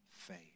Faith